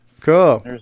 Cool